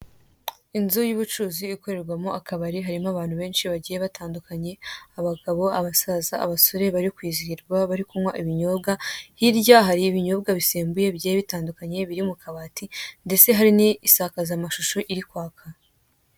Inzu y'ubucuruzi ikorerwamo akabari, irimo abantu benshi bagiye batandukanye abagabo, abasaza, abasore bari kwizihirwa bari kunywa ibinyobwa bitandukanye hirya hari ibinyobwa bitandukanye biri mu kabati, ndetse hari n'isakazamashusho iri kwaka.